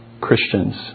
Christians